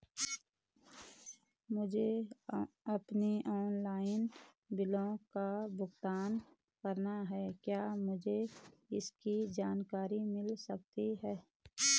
मुझे अपने ऑनलाइन बिलों का भुगतान करना है क्या मुझे इसकी जानकारी मिल सकती है?